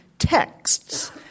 texts